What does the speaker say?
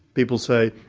people say,